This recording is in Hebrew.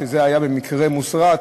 וזה במקרה הוסרט.